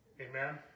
Amen